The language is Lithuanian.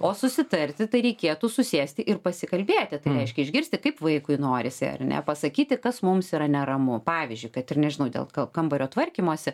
o susitarti tai reikėtų susėsti ir pasikalbėti tai reiškia išgirsti kaip vaikui norisi ar ne pasakyti kas mums yra neramu pavyzdžiui kad ir nežinau dėl ko kambario tvarkymosi